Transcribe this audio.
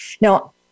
Now